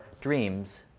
dreams